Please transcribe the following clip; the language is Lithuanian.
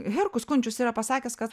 herkus kunčius yra pasakęs kad